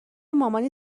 مامانی